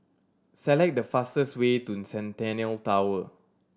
select the fastest way to Centennial Tower